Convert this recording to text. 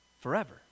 forever